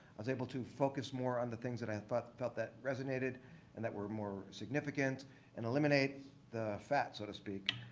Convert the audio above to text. i was able to focus more on the things that i but felt that resonated and that were more significant and eliminate the fat, so to speak.